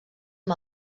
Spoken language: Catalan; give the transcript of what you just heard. amb